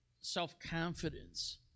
self-confidence